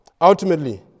ultimately